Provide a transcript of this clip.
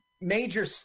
Major